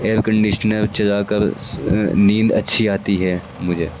year conditioner چلا کر نیند اچھی آتی ہے مجھے